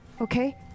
okay